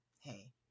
hey